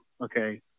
okay